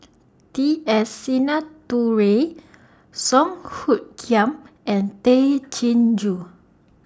T S Sinnathuray Song Hoot Kiam and Tay Chin Joo